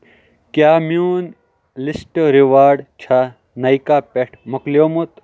کیٛاہ میون list reward چھا نایکا پٮ۪ٹھ مۄکلیومُت